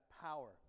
power